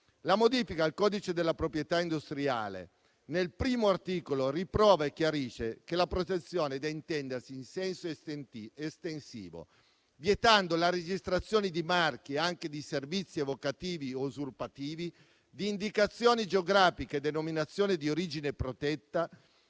La modifica al codice della proprietà industriale nel primo articolo riprova e chiarisce che la protezione è da intendersi in senso estensivo, vietando la registrazione di marchi, e anche di servizi evocativi o usurpativi, di indicazioni geografiche e denominazioni di origine protetta,